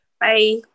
Bye